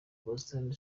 boston